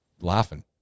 laughing